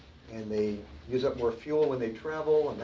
and they use up more fuel when they travel, and that